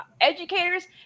educators